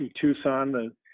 tucson